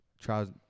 Trials